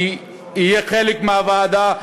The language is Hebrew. אהיה חלק מהוועדה,